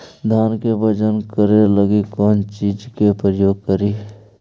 धान के बजन करे लगी कौन चिज के प्रयोग करि?